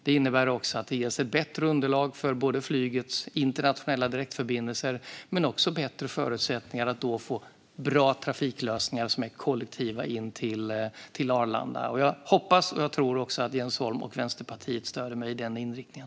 Det innebär bättre underlag för flygets internationella direktförbindelser och bättre förutsättningar för bra kollektiva trafiklösningar in till Arlanda. Jag hoppas och tror att Jens Holm och Vänsterpartiet stöder mig i den inriktningen.